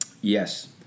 yes